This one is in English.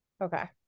Okay